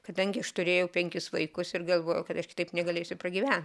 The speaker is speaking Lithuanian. kadangi aš turėjau penkis vaikus ir galvojau kad aš kitaip negalėsiu pragyvent